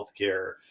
Healthcare